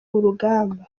urugamba